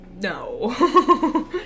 No